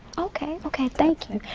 okay, okay, thank you.